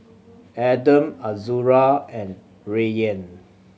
Adam Azura and Rayyan